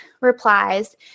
replies